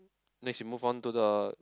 next we move on to the